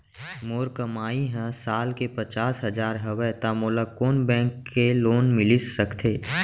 मोर कमाई ह साल के पचास हजार हवय त मोला कोन बैंक के लोन मिलिस सकथे?